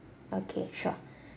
okay sure